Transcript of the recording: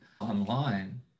online